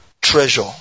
treasure